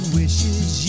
wishes